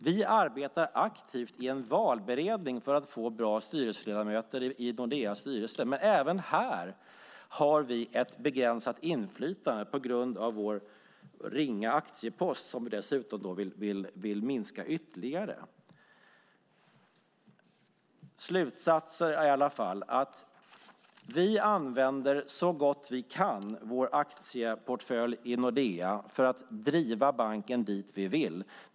Vi arbetar aktivt i en valberedning för att få bra styrelseledamöter i Nordeas styrelse, men även här har vi ett begränsat inflytande på grund av vår ringa aktiepost som vi dessutom vill minska ytterligare. Slutsatsen är i alla fall att vi använder vår aktieportfölj i Nordea så gott vi kan för att driva banken dit vi vill.